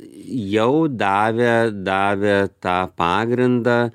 jau davė davė tą pagrindą